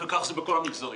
וכך זה בכל המגזרים.